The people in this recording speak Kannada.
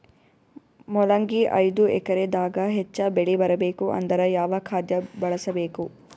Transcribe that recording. ಮೊಲಂಗಿ ಐದು ಎಕರೆ ದಾಗ ಹೆಚ್ಚ ಬೆಳಿ ಬರಬೇಕು ಅಂದರ ಯಾವ ಖಾದ್ಯ ಬಳಸಬೇಕು?